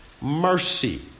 mercy